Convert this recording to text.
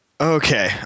Okay